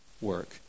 work